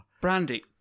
Brandy